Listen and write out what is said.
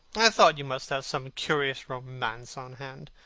i thought you must have some curious romance on hand.